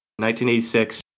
1986